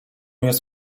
jest